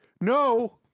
No